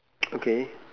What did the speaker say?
okay